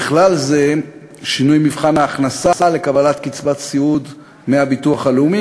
ובכלל זה שינוי מבחן ההכנסה לקבלת קצבת סיעוד מהביטוח הלאומי,